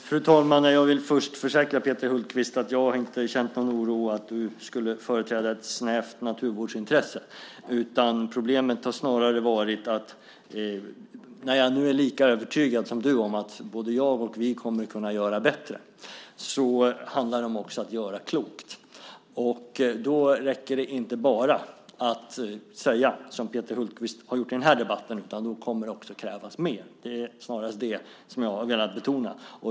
Fru talman! Jag vill först försäkra Peter Hultqvist att jag inte känner någon oro för att du skulle företräda ett snävt naturvårdsintresse. Jag är lika övertygad som du är att i fråga om att göra bättre handlar det också om att göra klokt. Det räcker inte att bara säga, som Peter Hultqvist har gjort i den här debatten, att det krävs mer. Det är det jag har velat betona.